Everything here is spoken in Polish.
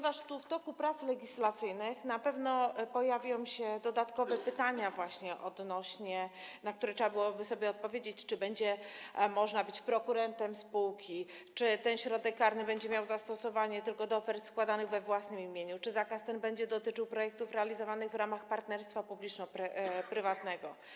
W toku prac legislacyjnych na pewno pojawią się dodatkowe pytania, na które trzeba by było sobie odpowiedzieć, czy będzie można być prokurentem spółki, czy ten środek karny będzie miał zastosowanie tylko do ofert składanych we własnym imieniu, czy zakaz ten będzie dotyczył projektów realizowanych w ramach partnerstwa publiczno-prywatnego.